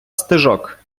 стежок